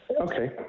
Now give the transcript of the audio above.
Okay